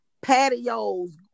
patios